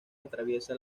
atraviesa